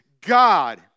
God